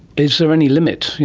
is there any limit?